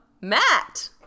Matt